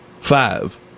five